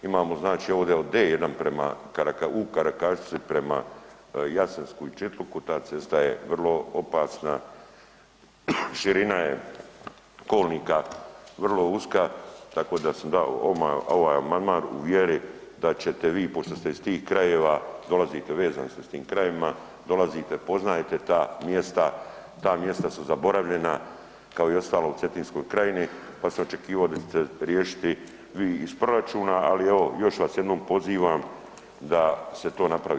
Imamo znači ovdje od D-1 prema, u Karakašici prema Jasensku i Čitluku, ta cesta je vrlo opasna, širina je kolnika vrlo uska tako da sam dao ovaj amandman u vjeri da ćete vi, pošto ste iz tih krajeva, dolazite, vezani ste s tim krajevima, dolazite, poznajete ta mjesta, ta mjesta su zaboravljena, kao i ostalo u Cetinskoj krajini, pa sam očekivo da ćete riješiti vi iz proračuna, ali evo još vas jednom pozivam da se to napravi.